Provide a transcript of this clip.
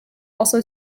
also